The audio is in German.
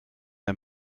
der